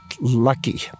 lucky